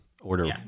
order